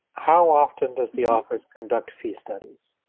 how often does the office conduct fee studies?